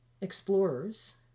explorers